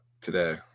today